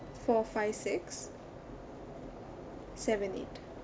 four five six seven eight